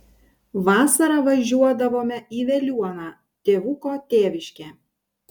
vasarą važiuodavome į veliuoną tėvuko tėviškę